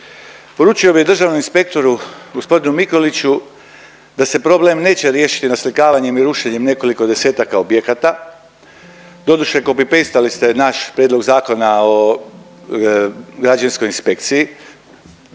Poručio bi državnom inspektoru g. Mikuliću da se problem neće riješiti naslikavanjem i rušenjem nekoliko desetaka objekata, doduše copy pastali ste naš prijedlog Zakona o građevinskoj inspekciji,